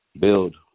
build